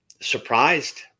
surprised